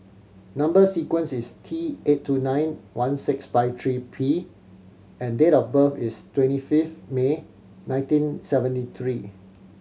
number sequence is T eight two nine one six five three P and date of birth is twenty fifth May nineteen seventy three